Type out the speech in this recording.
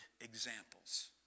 examples